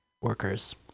workers